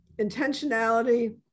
intentionality